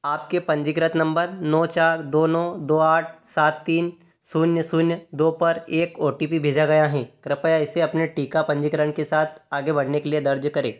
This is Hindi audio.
आपके पंजीकृत नम्बर नौ चार दो नौ दो आठ सात तीन शून्य शून्य दो पर एक ओ टी पी भेजा गया है कृपया इसे अपने टीका पंजीकरण के साथ आगे बढ़ने के लिए दर्ज करें